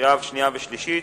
קריאה שנייה וקריאה שלישית.